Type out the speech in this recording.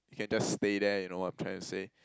you can just stay there you know I'm trying to say